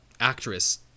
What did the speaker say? actress